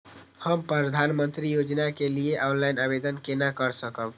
हम प्रधानमंत्री योजना के लिए ऑनलाइन आवेदन केना कर सकब?